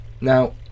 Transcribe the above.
Now